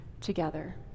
together